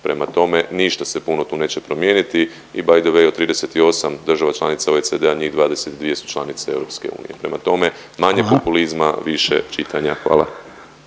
Prema tome, ništa se puno tu neće promijeniti i by the way od 38 država članica OECD njih 22 su članice EU. Prema tome, manje …/Upadica Reiner: Hvala./…